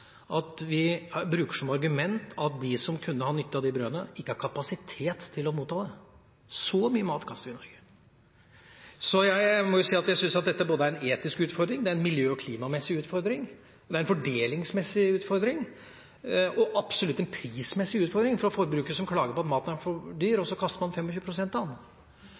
at vi bruker som argument at de som kunne hatt nytte av de brødene, ikke har kapasitet til å motta det. Så mye mat kaster vi i Norge. Jeg må si jeg syns at dette er en etisk utfordring, det er en miljø- og klimamessig utfordring, det er en fordelingsmessig utfordring, og det er absolutt en prismessig utfordring – fra forbrukere som klager på at maten er for dyr, og så kaster man 25 pst. av